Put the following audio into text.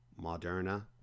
moderna